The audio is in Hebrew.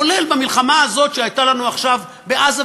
כולל במלחמה הזאת שהייתה לנו עכשיו בעזה,